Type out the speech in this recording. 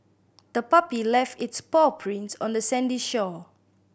the puppy left its paw prints on the sandy shore